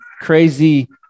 crazy